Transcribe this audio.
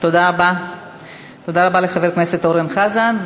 תודה רבה לחבר הכנסת אורן חזן.